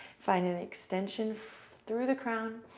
find an extension through the crown.